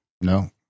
No